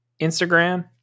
Instagram